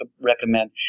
recommend